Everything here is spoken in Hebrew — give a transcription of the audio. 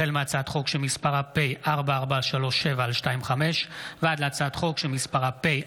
החל בהצעת חוק פ/4437/25 וכלה בהצעת חוק פ/4470/25: